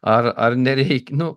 ar ar nereik nu